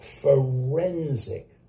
forensic